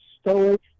stoic